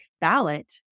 ballot